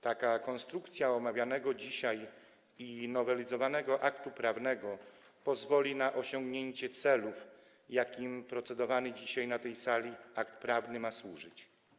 Taka konstrukcja omawianego dzisiaj i nowelizowanego aktu prawnego pozwoli na osiągnięcie celów, jakim procedowany dzisiaj na tej sali akt prawny ma służyć.